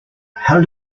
how